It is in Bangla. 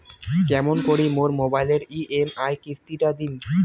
কেমন করি মোর মোবাইলের ই.এম.আই কিস্তি টা দিম?